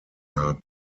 haben